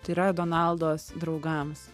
tai yra donaldos draugams